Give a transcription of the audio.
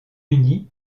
uni